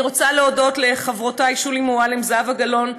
אני רוצה להודות לחברותי שולי מועלם וזהבה גלאון,